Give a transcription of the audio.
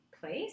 place